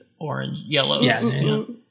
orange-yellows